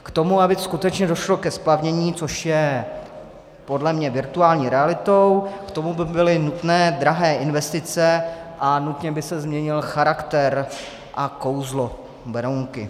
K tomu, aby skutečně došlo ke splavnění, což je podle mě virtuální realitou, k tomu by byly nutné drahé investice a nutně by se změnil charakter a kouzlo Berounky.